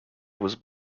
was